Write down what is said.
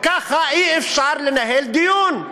ככה אי-אפשר לנהל דיון.